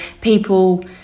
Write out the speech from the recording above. people